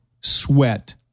sweat